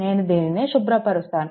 నేను దీనిని శుభ్రపరుస్తాను